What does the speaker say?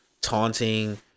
taunting